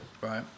Right